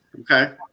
okay